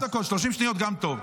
לא עשר דקות, 30 שניות גם טוב.